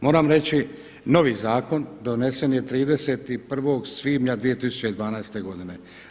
Moram reći novi zakon donesen je 31. svibnja 2012. godine.